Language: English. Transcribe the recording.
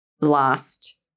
last